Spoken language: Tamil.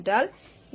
இந்த sg